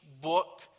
book